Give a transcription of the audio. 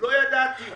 לא ידעתי.